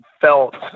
felt